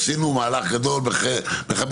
עשינו מהלך גדול ב-50%,